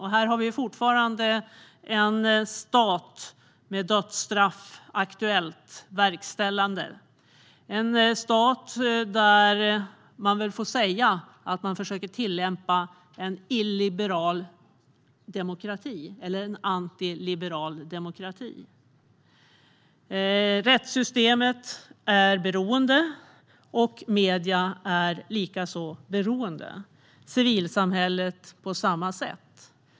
Här har vi fortfarande en stat med dödsstraff, aktuellt och verkställande. Det är en stat där vi väl får säga att man försöker tillämpa en illiberal eller antiliberal demokrati. Rättssystemet är beroende, medierna och civilsamhället likaså.